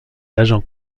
agents